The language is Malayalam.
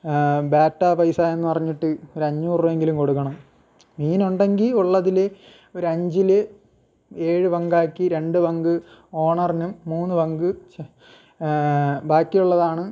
ബാക്റ്റ പൈസ എന്നു പറഞ്ഞിട്ട് ഒരഞ്ഞൂറ് രൂപയെങ്കിലും കൊടുക്കണം മീനുണ്ടെങ്കിൽ ഉള്ളതിൽ ഒരഞ്ചിൽ ഏഴ് പങ്കാക്കി രണ്ട് പങ്ക് ഓണറിനും മൂന്ന് പങ്ക് ബാക്കിയുള്ളതാണ്